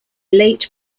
late